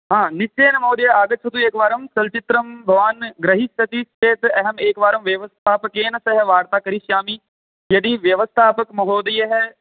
निश्चयेन महोदय आगच्छतु एकवारं चलच्चित्रं भवान् ग्रहिच्छति चेत् अहं एकवारं व्यवस्थापकेन सह वार्ता करिष्यामि यदि व्यवस्थापकमहोदयः